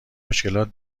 مشکلات